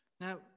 Now